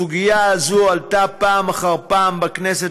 הסוגיה הזאת עלתה פעם אחר פעם בכנסת